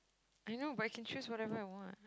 I know but I can choose whatever I want